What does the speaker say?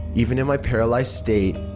even in my paralyzed state,